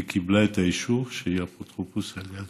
היא קיבלה את האישור שהיא האפוטרופוס על ילדיה,